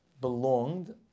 belonged